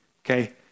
okay